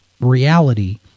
reality